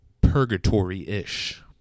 purgatory-ish